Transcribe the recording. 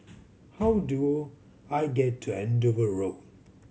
how do I get to Andover Road